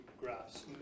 graphs